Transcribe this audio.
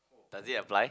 does it apply